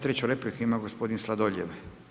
Treću repliku ima gospodin Sladoljev.